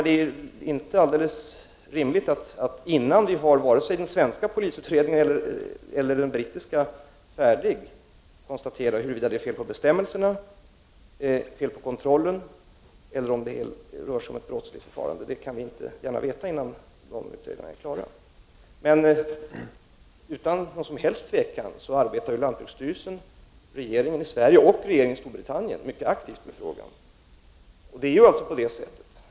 Det är ju inte rimligt att, innan den svenska eller den brittiska polisutredningen är färdig, begära att man skall kunna konstatera huruvida det är fel på bestämmelserna, fel på kontrollen eller om det rör sig om ett brottsligt förfarande. Det kan vi inte gärna ta ställning till innan utredningarna är klara. Lantbruksstyrelsen, regeringen i Sverige och regeringen i Storbritannien arbetar otvivelaktigt mycket aktivt med frågan.